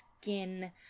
skin